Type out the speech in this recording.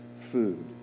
food